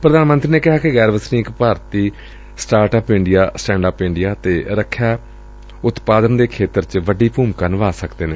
ਪ੍ਰਧਾਨ ਮੰਤਰੀ ਨੇ ਕਿਹਾ ਕਿ ਗੈਰ ਵਸਨੀਕ ਭਾਰਤੀ start up India stand up India ਅਤੇ ਰਖਿਆ ਉਤਪਾਦਨ ਦੇ ਖੇਤਰ ਵਿਚ ਵੱਡੀ ਭੁਮਿਕਾ ਨਿਭਾ ਸਕਦੇ ਨੇ